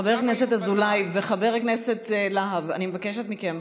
חבר הכנסת אזולאי וחבר הכנסת להב, אני מבקשת מכם.